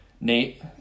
Nate